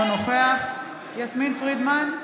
אינו נוכח יסמין פרידמן,